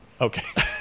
Okay